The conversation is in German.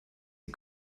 die